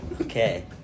Okay